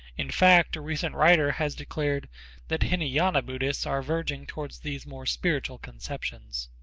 in fact, a recent writer has declared that hinayana buddhists are verging toward these more spiritual conceptions.